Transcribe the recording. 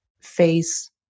Face